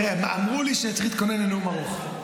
תראה, אמרו לי שצריך להתכונן לנאום ארוך.